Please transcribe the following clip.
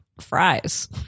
fries